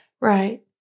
Right